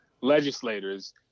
legislators